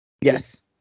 Yes